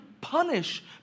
punish